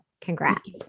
congrats